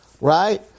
right